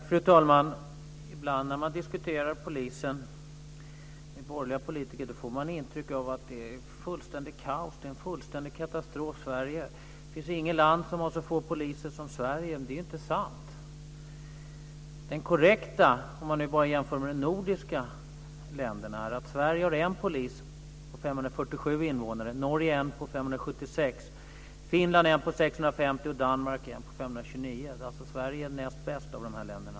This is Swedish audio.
Fru talman! Ibland när man diskuterar polisen med borgerliga politiker så får man intrycket av att det är fullständigt kaos och en fullständig katastrof. Det finns inget land som har så få poliser som Sverige, tycks det. Men det är inte sant! Den korrekta bilden, om man bara jämför med de nordiska länderna, är att Sverige har en polis på 547 invånare, Norge en på 576, Finland en på 650 och Danmark en på 529. Sverige är alltså näst bäst av de här länderna.